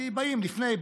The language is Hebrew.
כי באים לפני,